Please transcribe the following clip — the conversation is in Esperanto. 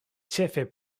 ĉefe